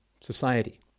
society